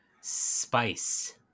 spice